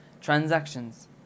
Transactions